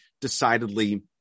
decidedly